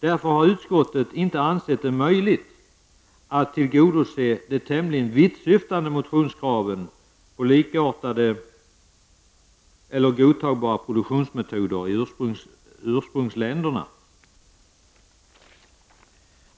Därför har utskottet inte ansett det möjligt att tillgodose de tämligen vittsyftande motionskraven på likartade eller godtagbara produktionsmetoder i ursprungsländerna.